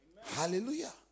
Hallelujah